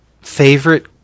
favorite